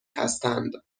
هستند